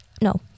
no